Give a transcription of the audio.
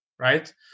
right